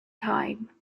time